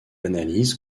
analyse